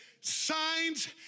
signs